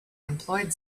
employed